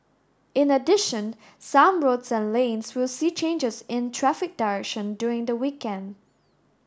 in addition some roads and lanes will see changes in traffic direction during the weekend